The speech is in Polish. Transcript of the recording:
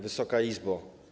Wysoka Izbo!